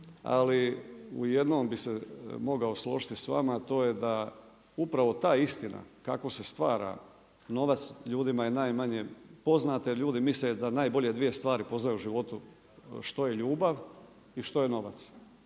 Ali u jednom bi se mogao složiti s vama a to je da upravo taj isti ako se stvara novac, ljudima je najmanje poznato, ljudi misle da najbolje 2 stvari poznaju u životu, što je ljubav i što je novac.